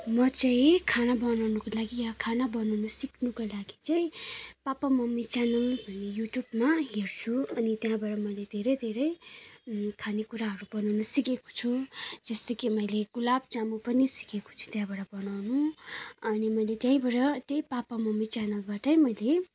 म चाहिँ खाना बनाउनुको लागि या खाना बनाउनु सिक्नुको लागि चाहिँ पापा मम्मी च्यानल भन्ने युट्युबमा हेर्छु अनि त्यहाँबाट मैले धेरै धेरै खानेकुराहरू बनाउनु सिकेको छु जस्तै कि मैले गुलाब जामुन पनि सिकेको छु त्यहाँबाट बनाउनु अनि मैले त्यहीँबाट त्यही पापा मम्मी च्यानलबटै मैले